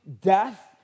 death